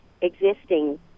existing